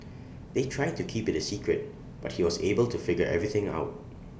they tried to keep IT A secret but he was able to figure everything out